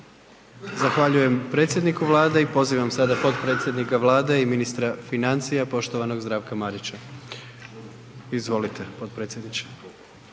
Zahvaljujem predsjedniku Vlade i pozivam sada potpredsjednika Vlade i ministra financija poštovanom Zdravka Marića. Izvolite potpredsjedniče.